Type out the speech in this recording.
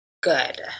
good